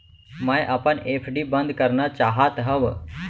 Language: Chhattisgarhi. मै अपन एफ.डी बंद करना चाहात हव